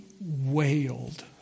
wailed